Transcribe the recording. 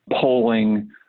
polling